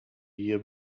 year